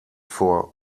vor